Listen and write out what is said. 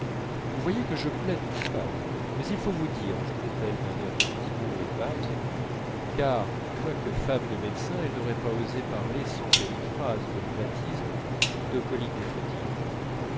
vous voyez que je plaide coupable mais il faut vous dire ajoutait-elle d'un air pudibond et vague car quoique femme de médecin elle n'aurait pas osé parler sans périphrases de rhumatismes ou de coliques néphrétiques